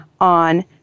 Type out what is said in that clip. on